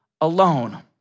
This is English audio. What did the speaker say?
alone